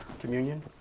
communion